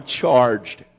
charged